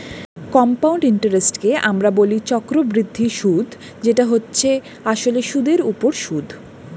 compound ইন্টারেস্টকে আমরা বলি চক্রবৃদ্ধি সুদ যেটা হচ্ছে আসলে সুদের উপর সুদ